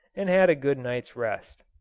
and had a good night's rest.